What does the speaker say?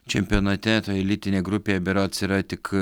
čempionate ta elitinė grupė berods yra tik